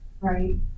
right